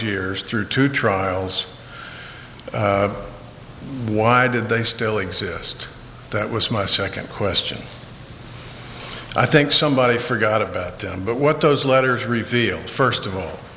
years through two trials why did they still exist that was my second question i think somebody forgot about them but what those letters revealed first of all